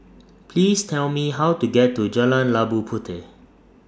Please Tell Me How to get to Jalan Labu Puteh